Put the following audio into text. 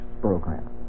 program